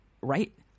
Right